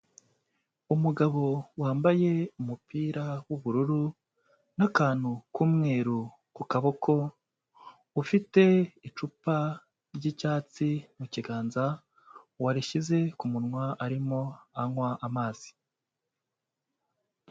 Umugabo wambaye umupira w'ubururu n'akantu k'umweru ku kaboko, ufite icupa ry'icyatsi mu kiganza, warishyize ku munwa arimo anywa amazi.